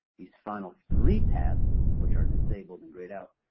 these final three tabs which are disabled and grayed out,